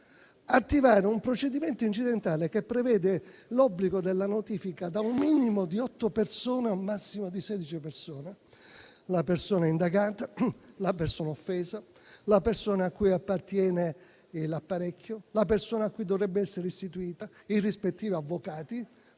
attivare un procedimento incidentale che prevede l'obbligo della notifica da un minimo di otto a un massimo di sedici persone (la persona indagata, quella offesa, quella a cui appartiene l'apparecchio, quella a cui dovrebbe essere restituita, i rispettivi avvocati),